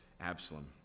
Absalom